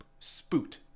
spoot